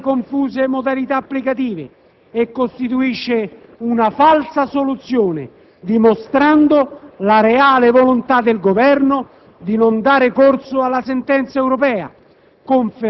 sta nelle confuse modalità applicative e costituisce una falsa soluzione, dimostrando la reale volontà del Governo di non dare corso alla sentenza europea,